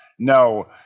No